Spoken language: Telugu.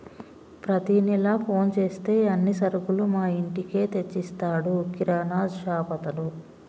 ప్రతి నెల ఫోన్ చేస్తే అన్ని సరుకులు మా ఇంటికే తెచ్చిస్తాడు కిరాణాషాపతడు